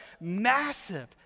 massive